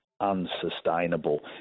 unsustainable